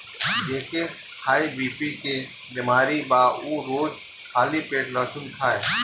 जेके हाई बी.पी के बेमारी बा उ रोज खाली पेटे लहसुन खाए